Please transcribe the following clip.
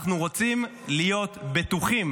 אנחנו רוצים להיות בטוחים